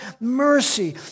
mercy